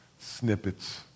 snippets